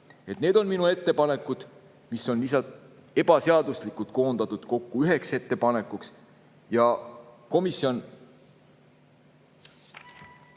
Need on minu ettepanekud, mis on ebaseaduslikult koondatud kokku üheks ettepanekuks. Komisjoni